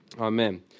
Amen